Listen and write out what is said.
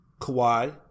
Kawhi